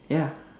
ya